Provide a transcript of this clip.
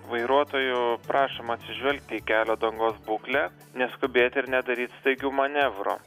vairuotojų prašom atsižvelgti į kelio dangos būklę neskubėt ir nedaryt staigių manevrų